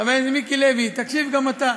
חבר הכנסת מיקי לוי, תקשיב גם אתה.